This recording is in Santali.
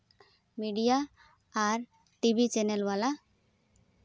ᱢᱤᱰᱤᱭᱟ ᱟᱨ ᱴᱤᱵᱷᱤ ᱪᱮᱱᱮᱞ ᱵᱟᱞᱟ